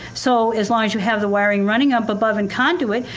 so as long as you have the wiring running up above in conduit,